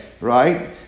right